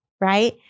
right